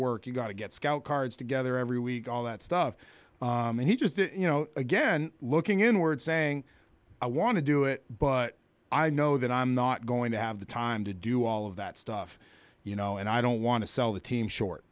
work you've got to get scout cards together every week all that stuff and he just you know again looking inward saying i want to do it but i know that i'm not going to have the time to do all of that stuff you know and i don't want to sell the team short